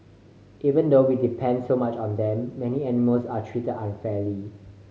even though we depend so much on them many animals are treated unfairly